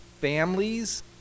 families